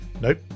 Nope